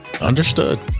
understood